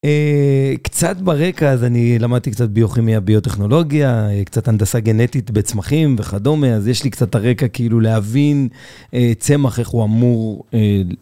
קצת ברקע אז אני למדתי קצת ביוכימיה, ביוטכנולוגיה, קצת הנדסה גנטית בצמחים וכדומה אז יש לי קצת הרקע כאילו להבין צמח איך הוא אמור.